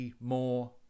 more